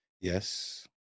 Yes